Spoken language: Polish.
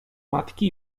matki